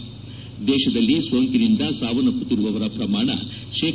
ದೇಶದಲ್ಲಿ ಸೋಂಕಿನಿಂದ ಸಾವನ್ನಪ್ಪುತ್ತಿರುವವರ ಪ್ರಮಾಣ ಶೇ